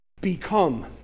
become